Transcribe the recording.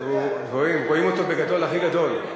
רואים אותו הכי גדול,